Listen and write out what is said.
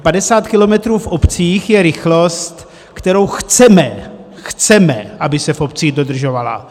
Padesát kilometrů v obcích je rychlost, kterou chceme chceme aby se v obcích dodržovala.